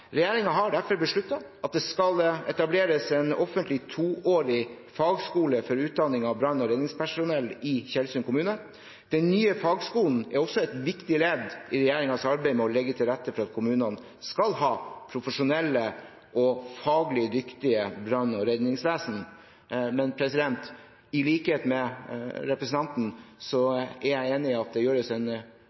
har derfor besluttet at det skal etableres en offentlig toårig fagskole for utdanning av brann- og redningspersonell i Tjeldsund kommune. Den nye fagskolen er også et viktig ledd i regjeringens arbeid med å legge til rette for at kommunene skal ha et profesjonelt og faglig dyktig brann- og redningsvesen. Men i likhet med representanten mener jeg at det gjøres en